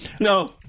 no